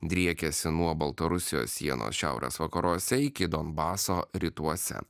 driekiasi nuo baltarusijos sienos šiaurės vakaruose iki donbaso rytuose